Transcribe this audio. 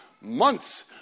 months